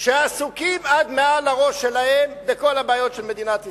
שעסוקים עד מעל הראש שלהם בכל הבעיות של מדינת ישראל.